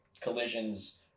collisions